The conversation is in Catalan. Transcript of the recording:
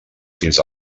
fins